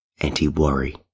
anti-worry